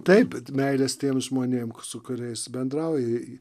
taip bet meilės tiems žmonėms su kuriais bendrauji